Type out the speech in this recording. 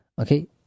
okay